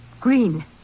Green